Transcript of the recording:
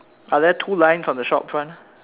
are there two lines on the shop front